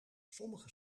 sommige